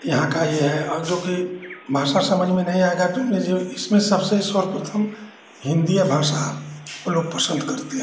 यहाँ का ही है और जोकि भाषा समझ में नहीं आएगी कि इसमें सबसे सर्वप्रथम हिन्दिए भाषा को लोग पसन्द करते हैं